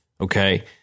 okay